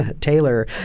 Taylor